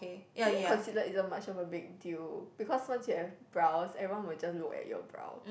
maybe concealer isn't much of a big deal because once you have brows everyone will just look at your brows